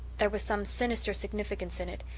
there was some sinister significance in it.